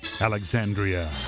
Alexandria